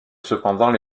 cependant